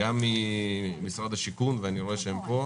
גם ממשרד השיכון, ואני רואה שהם פה.